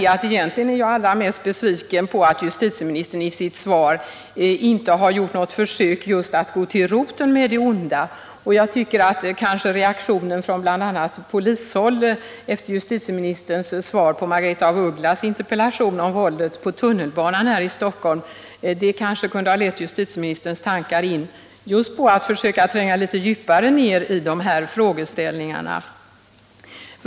Egentligen är jag allra mest besviken på att justitieministern i sitt svar inte har gjort något försök att gå till roten med det onda. Reaktioner från polishåll efter justitieministerns svar på Margaretha af Ugglas interpellation om våldet i tunnelbanan här i Stockholm kunde kanske ha lett in justitieministerns tankar på att tränga litet djupare in i de här frågeställningarna.